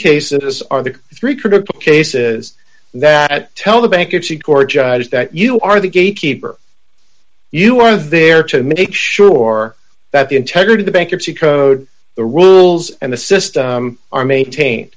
cases are the three critical cases that tell the bankruptcy court judge that you are the gatekeeper you are there to make sure that the integrity the bankruptcy code the rules and the system are maintain